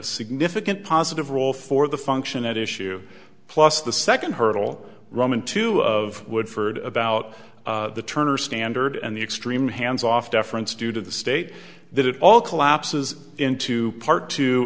a significant positive role for the function at issue plus the second hurdle roman to of woodford about the turner standard and the extreme hands off deference due to the state that it all collapses into part t